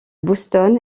boston